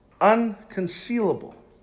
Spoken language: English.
unconcealable